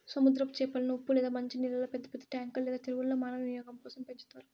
సముద్రపు చేపలను ఉప్పు లేదా మంచి నీళ్ళల్లో పెద్ద పెద్ద ట్యాంకులు లేదా చెరువుల్లో మానవ వినియోగం కోసం పెంచుతారు